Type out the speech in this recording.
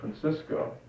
Francisco